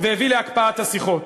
והביא להקפאת השיחות.